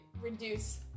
reduce